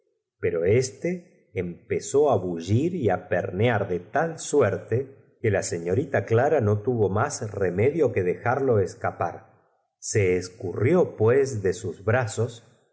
pero éste empezó á bullir y á pernear de tal suerte que la señorita clara no tuvo más aquel salto peligroso lanzó un grito por que cascanueces no tenia más remedio que romperse cuando la señorita clara que estaba en la tabla de abajll se levantó remedio que dejarlo escapar se escurrió pues de sus brazos